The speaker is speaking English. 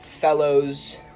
fellows